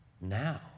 Now